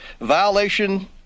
violation